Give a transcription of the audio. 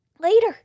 later